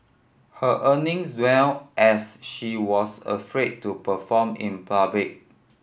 her earnings as she was afraid to perform in public